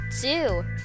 Two